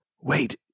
Wait